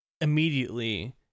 immediately